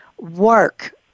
work